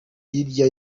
hirya